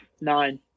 Nine